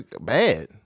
bad